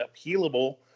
appealable